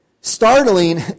Startling